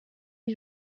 iri